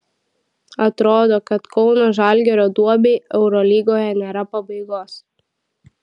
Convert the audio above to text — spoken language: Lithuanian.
atrodo kad kauno žalgirio duobei eurolygoje nėra pabaigos